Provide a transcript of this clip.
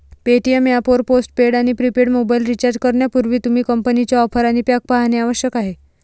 Paytm app वर postpaid आणि prepaid mobile recharge करण्यापूर्वी, तुम्ही कंपनीच्या ऑफर आणि पॅक पाहणे आवश्यक आहे